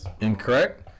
incorrect